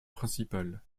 principal